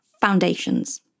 foundations